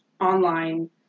online